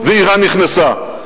ואירן נכנסה.